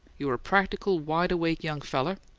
you're a practical, wide-awake young feller,